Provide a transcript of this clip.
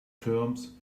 terms